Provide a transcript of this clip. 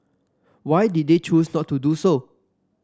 why did they choose not to do so